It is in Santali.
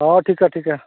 ᱦᱮᱸ ᱴᱷᱤᱠᱟ ᱴᱷᱤᱠᱟ